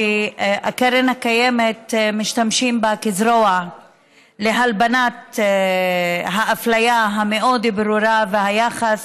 שמשתמשים בה כזרוע להלבנת האפליה הברורה מאוד והיחס